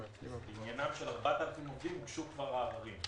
בעניינם של 4,000 עובדים הוגשו כבר העררים.